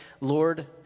Lord